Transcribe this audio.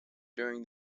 during